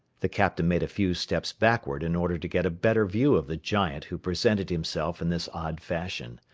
the captain made a few steps backwards in order to get a better view of the giant who presented himself in this odd fashion.